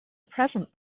present